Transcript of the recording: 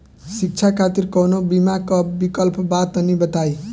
शिक्षा खातिर कौनो बीमा क विक्लप बा तनि बताई?